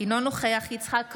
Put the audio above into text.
אינו נוכח יצחק קרויזר,